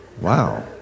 Wow